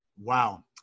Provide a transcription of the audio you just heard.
Wow